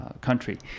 country